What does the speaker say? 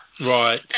Right